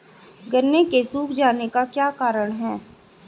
गन्ने के सूख जाने का क्या कारण है?